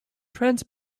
trans